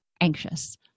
Anxious